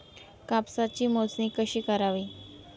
कापसाची मोजणी कशी करावी?